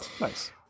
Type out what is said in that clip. Nice